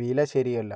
വില ശരിയല്ല